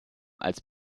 als